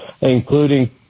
including